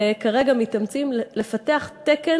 כרגע מתאמצים לפתח תקן,